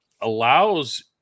allows